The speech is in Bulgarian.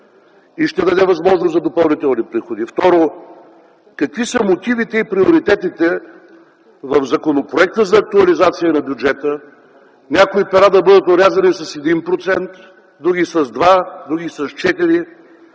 и ще даде възможност за допълнителни приходи. Второ, какви са мотивите и приоритетите в Законопроекта за актуализация на бюджета някои пера да бъдат орязани с 1%, други с 2%, други с 4%,